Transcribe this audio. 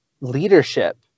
leadership